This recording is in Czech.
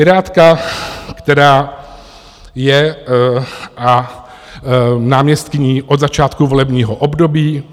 Pirátka, která je náměstkyní od začátku volebního období.